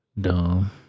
Dumb